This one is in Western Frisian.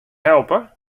helpe